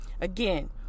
Again